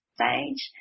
stage